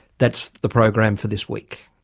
that's the program for this week